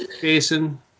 Jason